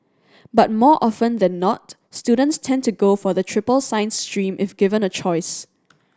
but more often than not students tend to go for the triple science stream if given a choice